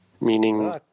meaning